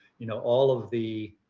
you know, all of the